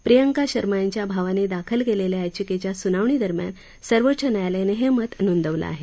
प्रियंका शर्मा यांच्या भावाने दाखल केलेल्या याचिकेच्या सुनावणी दरम्यान सर्वोच्च न्यायालयानं हे मत नोंदवलं आहे